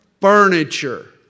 furniture